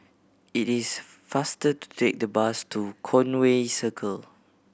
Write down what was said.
it is faster to take the bus to Conway Circle